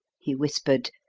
he whispered,